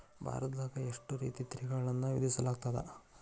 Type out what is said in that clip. ಭಾರತದಾಗ ಎಷ್ಟ ರೇತಿ ತೆರಿಗೆಗಳನ್ನ ವಿಧಿಸಲಾಗ್ತದ?